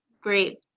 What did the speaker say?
Great